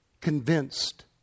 convinced